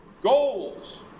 Goals